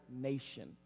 nation